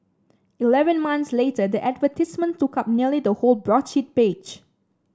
eleven months later the advertisement took up nearly the whole broadsheet page